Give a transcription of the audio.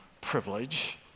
privilege